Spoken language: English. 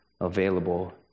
available